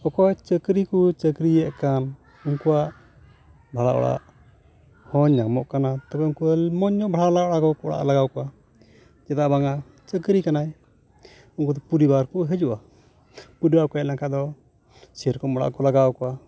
ᱚᱠᱚᱭ ᱪᱟᱹᱠᱨᱤ ᱠᱚ ᱪᱟᱹᱠᱨᱤ ᱮᱫ ᱠᱟᱱ ᱩᱱᱠᱚᱣᱟᱜ ᱵᱷᱟᱲᱟ ᱚᱲᱟᱜ ᱦᱚ ᱧᱟᱢᱚ ᱠᱟᱱᱟ ᱛᱚᱵᱮ ᱟᱹᱱᱢᱟᱹᱞ ᱱᱚᱜ ᱵᱷᱟᱲᱟ ᱚᱲᱟᱜ ᱞᱟᱜᱟᱣ ᱠᱚᱣᱟ ᱪᱮᱫᱟ ᱵᱟᱝᱟ ᱪᱟᱹᱠᱨᱤ ᱠᱟᱱᱟᱭ ᱩᱱᱠᱩ ᱫᱚ ᱯᱚᱨᱤᱵᱟᱨ ᱠᱩ ᱦᱤᱡᱩᱜᱼᱟ ᱠᱩᱰᱤ ᱦᱚᱲ ᱠᱚ ᱦᱮᱡ ᱞᱮᱱ ᱠᱷᱟᱡ ᱫᱚ ᱥᱮᱨᱚᱠᱚᱢ ᱚᱲᱟᱜ ᱠᱚ ᱞᱟᱜᱟᱣ ᱟᱠᱚᱣᱟ